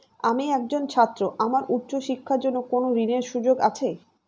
আমি একজন ছাত্র আমার উচ্চ শিক্ষার জন্য কোন ঋণের সুযোগ আছে?